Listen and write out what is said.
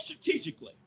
strategically